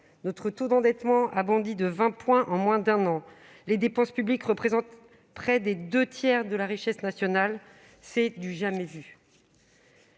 Notre taux d'endettement a bondi de 20 points en moins d'un an. Les dépenses publiques représentent près des deux tiers de la richesse nationale. C'est du jamais vu